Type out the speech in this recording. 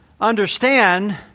understand